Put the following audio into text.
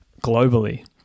globally